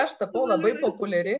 aš tapau labai populiari